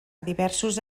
diversos